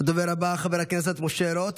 הדובר הבא, חבר הכנסת משה רוט,